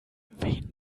wen